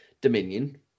Dominion